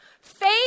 Faith